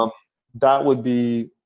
um that would be